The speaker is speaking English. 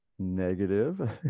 negative